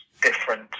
different